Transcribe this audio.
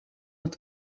het